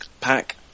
pack